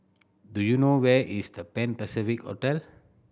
do you know where is The Pan Pacific Hotel